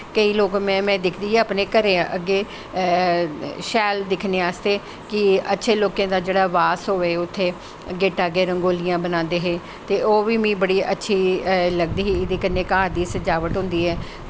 केईं लोग में दिखदी ही अपने घरें अग्गैं शैल दिखने आस्तै कि अच्छे लोकें दा बास होए उत्थै गेटै अग्गैं रंगोलियां बनांदे हे ते ओह् बी मिगी बड़ी अच्छी लगदी ही कन्नै घर दी सजावट होंदी ऐ